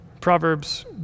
Proverbs